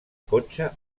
cotxe